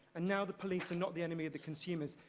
and now the police are not the enemy the consumers.